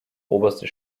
oberste